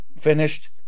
finished